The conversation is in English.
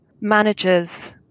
managers